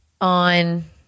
On